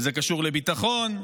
זה קשור לביטחון,